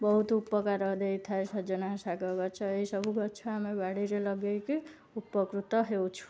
ବହୁତ ଉପକାର ଦେଇଥାଏ ସଜନା ଶାଗଗଛ ଏଇସବୁ ଗଛ ଆମେ ବାଡ଼ିରେ ଲଗାଇକି ଉପକୃତ ହେଉଛୁ